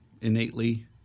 innately